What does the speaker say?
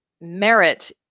merit